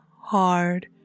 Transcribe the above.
hard